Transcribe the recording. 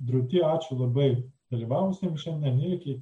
drūti ačiū labai dalyvavusiems šiandien ir iki